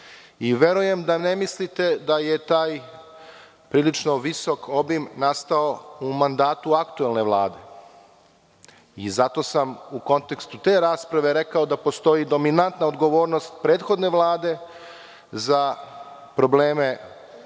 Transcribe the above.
i verujem da ne mislite da je taj prilično visok obim nastao u mandatu aktuelne Vlade. Zato sam u kontekstu te rasprave rekao da postoji dominantna odgovornost prethodne Vlade za probleme